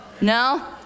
No